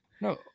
no